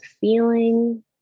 feeling